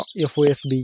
FOSB